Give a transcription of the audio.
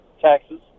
Taxes